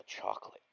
chocolate